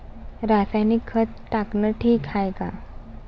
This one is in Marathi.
रासायनिक खत टाकनं ठीक हाये का?